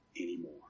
anymore